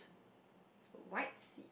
white seat